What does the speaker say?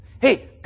Hey